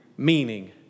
Meaning